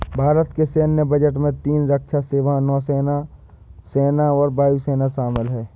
भारत के सैन्य बजट में तीन रक्षा सेवाओं, सेना, नौसेना और वायु सेना शामिल है